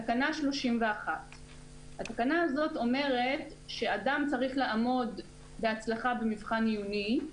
יש תקנה 31. התקנה הזאת אומרת שאדם צריך לעמוד בהצלחה במבחן עיוני,